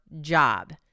job